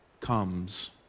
comes